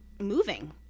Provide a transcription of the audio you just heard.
moving